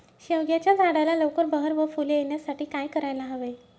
शेवग्याच्या झाडाला लवकर बहर व फूले येण्यासाठी काय करायला हवे?